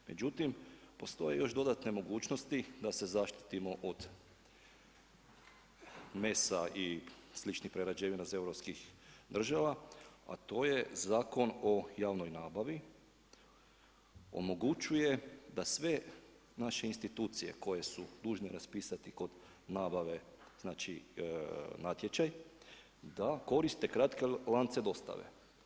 Međutim, postoje još dodatne mogućnosti, da se zaštitimo od mesa i sličnih prerađevina iz europskih država, a to je Zakon o javnoj nabavi, omogućuje da sve naše institucije, koje su dužne raspisati kod nabave, znači, natječaj, da koriste kratke lance dostave.